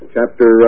chapter